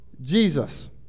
Jesus